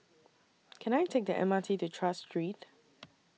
Can I Take The M R T to Tras Street